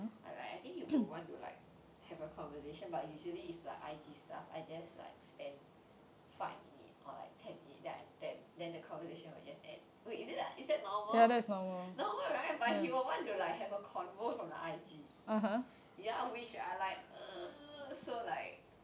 but like I think he would want to like have a conversation but usually if like I_G stuff I just like spend five minute or like ten minute then then the conversation will just end wait is it is that normal no right but he would want to like have a convo from the I_G ya which I like uh so like